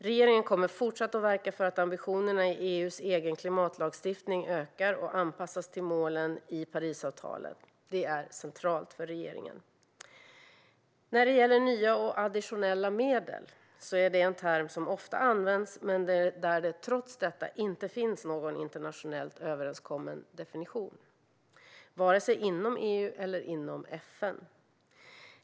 Regeringen kommer att fortsätta verka för att ambitionerna i EU:s egen klimatlagstiftning ökar och anpassas till målen i Parisavtalet. Det är centralt för regeringen. Nya och additionella medel är en term som ofta används. Trots det finns det inte någon internationellt överenskommen definition, vare sig inom EU eller inom FN.